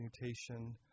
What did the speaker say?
mutation